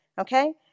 okay